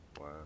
Wow